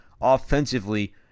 Offensively